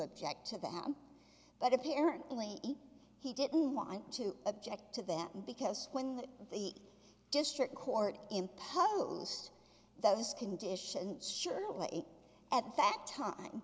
object to them but apparently he didn't want to object to that because when the district court imposed those conditions sure at that time